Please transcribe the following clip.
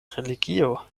religio